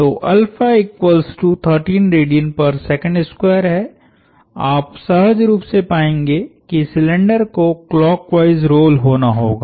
तो है आप सहज रूप से पाएंगे कि सिलिंडर को क्लॉकवाईस रोल होना होगा